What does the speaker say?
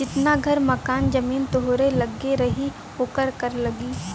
जितना घर मकान जमीन तोहरे लग्गे रही ओकर कर लगी